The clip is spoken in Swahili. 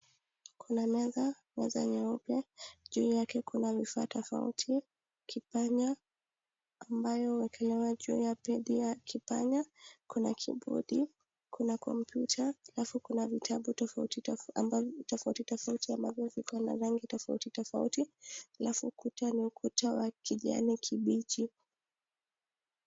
Kuna meza. Meza nyeupe. Juu yake kuna vifaa tofauti. Kipanya ambayo huwekelewa juu ya pedi ya kipanya, kuna kibodi, kuna kompyuta alafu kuna vitabu tofautitofauti ambavyo viko na rangi tofautitofauti. Alafu kuta ni ukuta wa kijani kibichi.